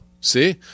see